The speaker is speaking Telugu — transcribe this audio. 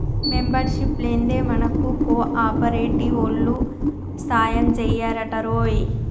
మెంబర్షిప్ లేందే మనకు కోఆపరేటివోల్లు సాయంజెయ్యరటరోయ్